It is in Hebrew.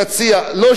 אלא 40 שנה,